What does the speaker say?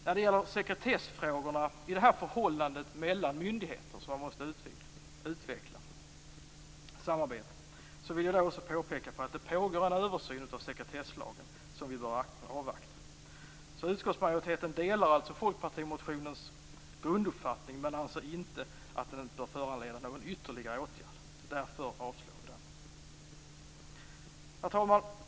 När det gäller sekretessfrågorna i förhållandet mellan olika myndigheter vill jag också påpeka att det pågår en översyn av sekretesslagen som vi bör avvakta. Utskottsmajoriteten delar alltså folkpartimotionens grunduppfattning, men man anser inte att den bör föranleda någon ytterligare åtgärd. Därför yrkar vi avslag på den motionen. Herr talman!